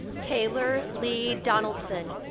taylor lee donaldson.